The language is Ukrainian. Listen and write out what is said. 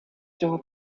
цього